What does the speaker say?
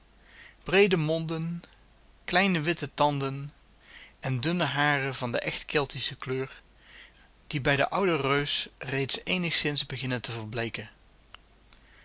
breede monden kleine witte tanden en dunne haren van de echt celtische kleur die bij den ouden reus reeds eenigszins beginnen te verbleeken